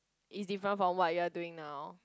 is different from what you're doing now